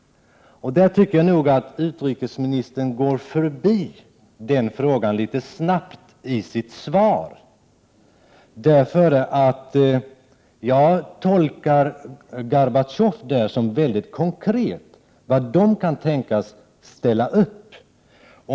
Jag tycker att utrikesministern går förbi denna fråga litet väl snabbt i sitt interpellationssvar. Jag tolkar Gorbatjov som väldigt konkret i fråga om vad Sovjetunionen kan tänka sig att ställa upp på.